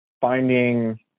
finding